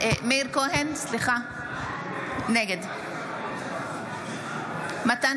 כהן, נגד מתן